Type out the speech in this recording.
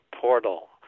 Portal